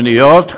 בניות?